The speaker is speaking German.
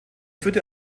führte